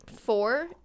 four